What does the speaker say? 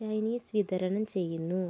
Chinese വിതരണം ചെയ്യുന്നു